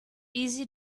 easy